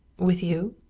with you?